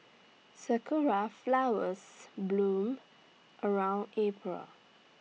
Sakura Flowers bloom around April